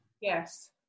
Yes